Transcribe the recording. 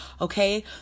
okay